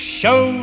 show